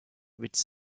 which